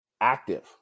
active